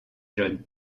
john